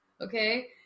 okay